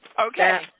okay